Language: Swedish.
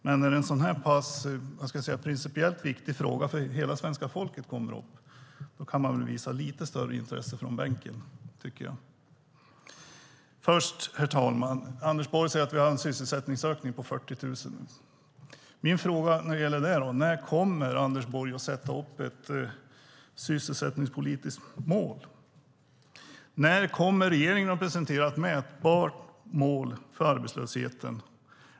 Men när en så här pass principiellt viktig fråga för hela svenska folket kommer upp tycker jag att han kan visa lite större intresse. Herr talman! Anders Borg säger att vi har en sysselsättningsökning med 40 000. Min fråga när det gäller det är: När kommer Anders Borg att sätta upp ett sysselsättningspolitiskt mål? När kommer regeringen att presentera ett mätbart mål för arbetslösheten?